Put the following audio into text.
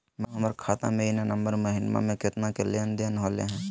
madam, हमर खाता में ई नवंबर महीनमा में केतना के लेन देन होले है